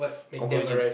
conclusion